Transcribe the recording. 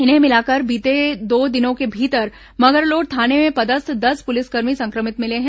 इन्हें मिलाकर बीते दो दिनों के भीतर मगरलोड थाने में पदस्थ दस पुलिसकर्मी संक्रमित मिले हैं